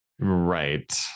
Right